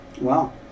Wow